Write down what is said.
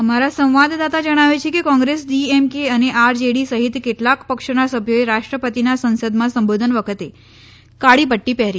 અમારા સંવાદદાતા જણાવે છે કે કોંગ્રેસ ડીએમકે અને આરજેડી સહિત કેટલાક પક્ષોના સભ્યોએ રાષ્ટ્રાપતિના સંસદમાં સંબોધન વખતે કાળી પટ્ટી પહેરી હતી